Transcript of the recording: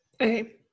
Okay